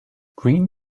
green